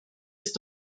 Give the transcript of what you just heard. ist